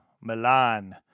Milan